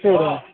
சரி